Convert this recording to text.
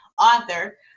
author